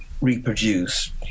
reproduce